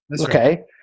Okay